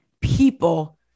people